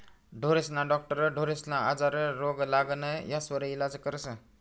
ढोरेस्ना डाक्टर ढोरेस्ना आजार, रोग, लागण यास्वर इलाज करस